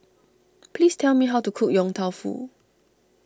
please tell me how to cook Yong Tau Foo